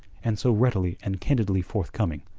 and so readily and candidly forthcoming,